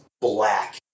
black